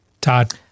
Todd